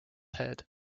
head